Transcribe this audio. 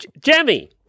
jemmy